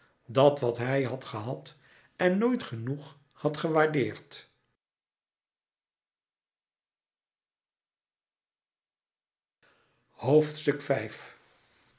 dat wat hij had gehad en nooit genoeg had gewaardeerd